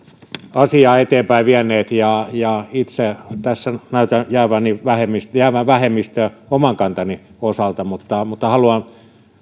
asiaa eteenpäin vieneet ja ja itse tässä nyt näytän jäävän vähemmistöön jäävän vähemmistöön oman kantani osalta mutta mutta haluan